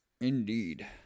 Indeed